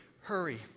hurry